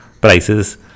prices